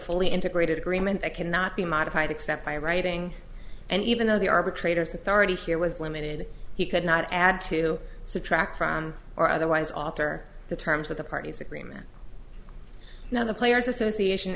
fully integrated agreement that cannot be modified except by writing and even though the arbitrators authority here was limited he could not add to subtract from or otherwise author the terms of the parties agreement now the players association